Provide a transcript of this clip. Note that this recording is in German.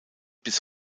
bis